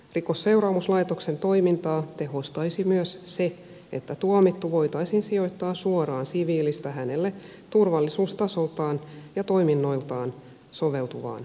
rikosseuraamuslaitoksen toimintaa tehostaisi myös se että tuomittu voitaisiin sijoittaa suoraan siviilistä hänelle turvallisuustasoltaan ja toiminnoiltaan soveltuvaan vankilaan